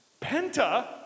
Penta